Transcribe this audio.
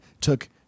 took